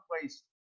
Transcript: place